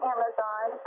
Amazon